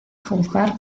juzgar